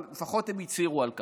אבל לפחות הם הצהירו על כך,